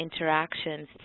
interactions